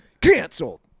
Canceled